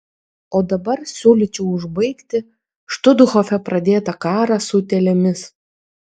o dabar siūlyčiau užbaigti štuthofe pradėtą karą su utėlėmis